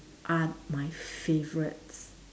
are my favourites